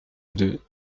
deux